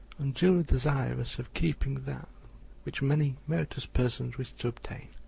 unduly desirous of keeping that which many meritorious persons wish to obtain.